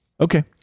okay